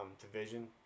Division